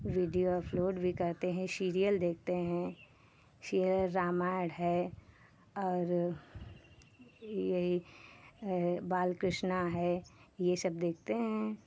video upload भी करते हैं सीरियल देखते हैं फिर रामायण है और यही बाल कृष्णा है ये सब देखते हैं